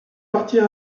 partir